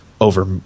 over